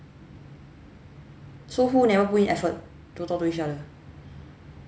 so who never put in effort to talk to each other